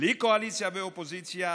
בלי קואליציה ואופוזיציה,